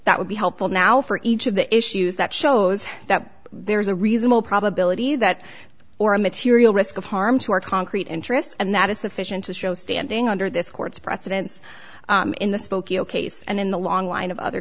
that would be helpful now for each of the issues that shows that there is a reasonable probability that or a material risk of harm to our concrete interests and that is sufficient to show standing under this court's precedents in the spokeo case and in the long line of other